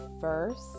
first